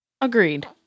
Agreed